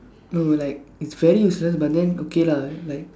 no like it's very useless but then okay lah like